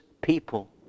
people